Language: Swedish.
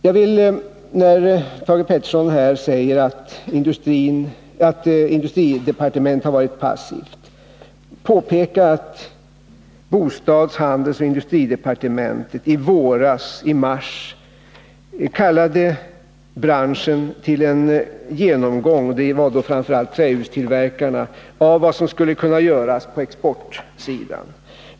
Jag vill — eftersom Thage Peterson här säger att industridepartementet varit passivt — påpeka att bostads-, handelsoch industridepartementen i mars kallade branschen till en genomgång av vad som skulle kunna göras på exportsidan. Det gällde framför allt trähustillverkarna.